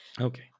Okay